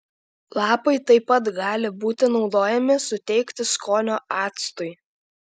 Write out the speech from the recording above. lapai taip pat gali būti naudojami suteikti skonio actui